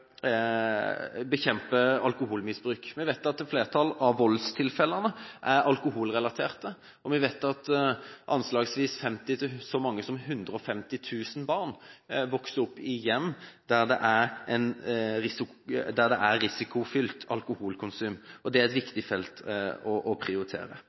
bekjempe alkoholmisbruk. Vi vet at flertallet av voldstilfellene er alkoholrelaterte, og vi vet at anslagsvis 50 000 til så mange som 150 000 barn vokser opp i hjem der det er et risikofylt alkoholkonsum. Det er et viktig felt å prioritere.